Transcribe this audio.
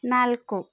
ನಾಲ್ಕು